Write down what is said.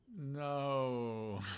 No